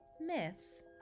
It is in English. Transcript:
myths